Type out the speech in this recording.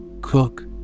cook